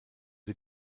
sie